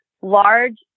large